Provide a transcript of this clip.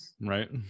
right